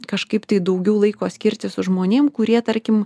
kažkaip tai daugiau laiko skirti su žmonėm kurie tarkim